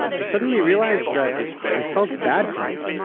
i suddenly realized that i felt bad for him.